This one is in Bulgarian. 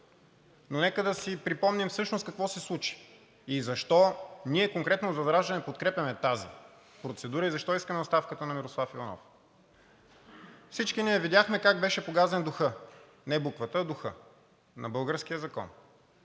но нека да си припомним всъщност какво се случи и защо ние конкретно от ВЪЗРАЖДАНЕ подкрепяме тази процедура и защо искаме оставката на Мирослав Иванов. Всички ние видяхме как беше погазен духът, не буквата, а духът на българския закон,